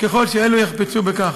ככל שאלה יחפצו בכך.